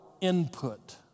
input